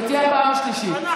זו תהיה הפעם השלישית.